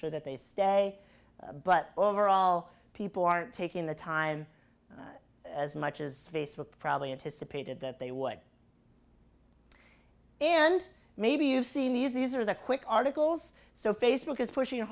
sure that they stay but overall people aren't taking the time as much as facebook probably anticipated that they would and maybe you've seen these these are the quick articles so facebook is pushing